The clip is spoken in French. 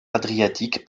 adriatique